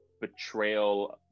betrayal